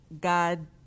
God